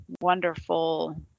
wonderful